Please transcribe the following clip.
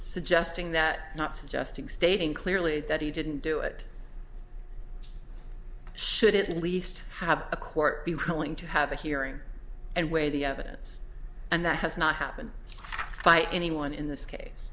suggesting that not suggesting stating clearly that he didn't do it should at least have a court be willing to have a hearing and weigh the evidence and that has not happened by anyone in this case